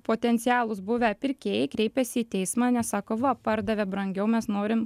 potencialūs buvę pirkėjai kreipėsi į teismą nes sako va pardavė brangiau mes norim